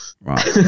Right